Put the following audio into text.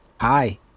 Hi